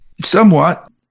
Somewhat